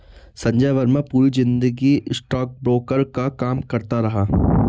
संजय वर्मा पूरी जिंदगी स्टॉकब्रोकर का काम करता रहा